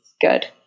good